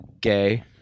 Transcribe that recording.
Gay